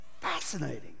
fascinating